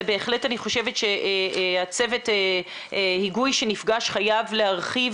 ובהחלט אני חושבת שהצוות היגוי שנפגש חייב להרחיב